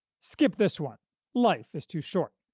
skip this one life is too short.